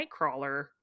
nightcrawler